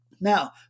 Now